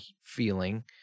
feeling